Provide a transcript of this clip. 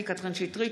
קטי קטרין שטרית,